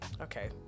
Okay